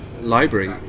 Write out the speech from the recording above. library